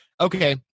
okay